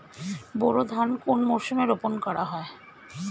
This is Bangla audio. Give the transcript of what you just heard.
বোরো ধান কোন মরশুমে রোপণ করা হয়?